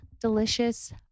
delicious